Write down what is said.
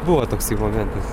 buvo toksai momentas